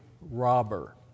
robber